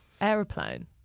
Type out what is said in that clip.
Aeroplane